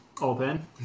open